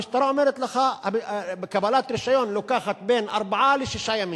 המשטרה אומרת לך: קבלת רשיון לוקחת בין ארבעה לשישה ימים.